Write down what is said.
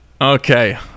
Okay